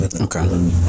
Okay